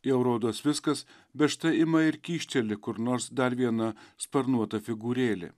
jau rodos viskas bet štai ima ir kyšteli kur nors dar vieną sparnuotą figūrėlę